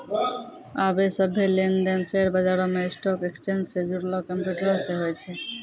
आबे सभ्भे लेन देन शेयर बजारो मे स्टॉक एक्सचेंज से जुड़लो कंप्यूटरो से होय छै